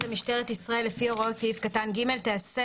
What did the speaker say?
למשטרת ישראל לפי הוראות סעיף קטן (ג) תעשה,